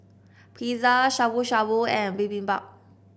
Pizza Shabu Shabu and Bibimbap